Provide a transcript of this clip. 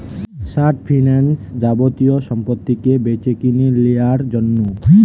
short finance যাবতীয় সম্পত্তিকে বেচেকিনে লিয়ার জন্যে